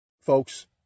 folks